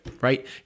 right